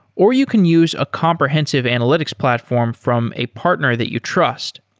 or you can use a comprehensive analytics platform from a partner that you trust.